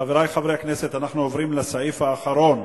חברי חברי הכנסת, אנחנו עוברים לסעיף האחרון